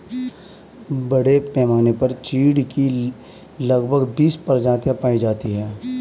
बड़े पैमाने पर चीढ की लगभग बीस प्रजातियां पाई जाती है